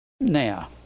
now